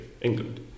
England